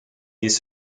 these